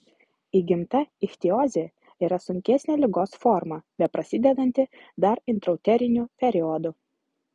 įgimta ichtiozė yra sunkesnė ligos forma beprasidedanti dar intrauteriniu periodu